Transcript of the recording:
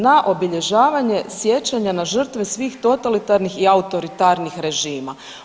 Na obilježavanje sjećanja na žrtve svih totalitarnih i autoritarnih režima.